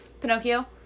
Pinocchio